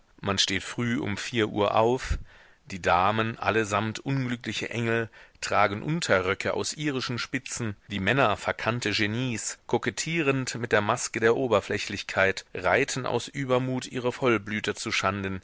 man steht früh um vier uhr auf die damen allesamt unglückliche engel tragen unterröcke aus irischen spitzen die männer verkannte genies kokettierend mit der maske der oberflächlichkeit reiten aus übermut ihre vollblüter zuschanden